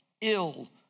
ill